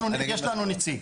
אנחנו יש לנו נציג.